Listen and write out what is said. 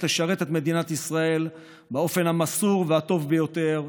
לשרת את מדינת ישראל באופן המסור והטוב ביותר,